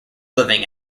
living